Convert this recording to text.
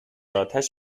آتش